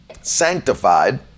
Sanctified